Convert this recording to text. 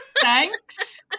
Thanks